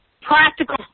practical